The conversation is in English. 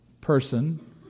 person